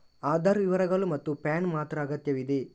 ಆಧಾರ್ ವಿವರಗಳು ಮತ್ತು ಪ್ಯಾನ್ ಮಾತ್ರ ಅಗತ್ಯವಿದೆ